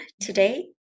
Today